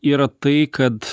yra tai kad